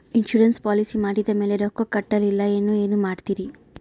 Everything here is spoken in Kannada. ಇನ್ಸೂರೆನ್ಸ್ ಪಾಲಿಸಿ ಮಾಡಿದ ಮೇಲೆ ರೊಕ್ಕ ಕಟ್ಟಲಿಲ್ಲ ಏನು ಮಾಡುತ್ತೇರಿ?